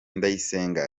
ndayisenga